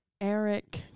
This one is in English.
Eric